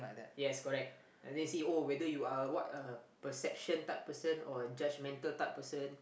yes correct they see oh whether you are what uh perception type of person or judgmental type of person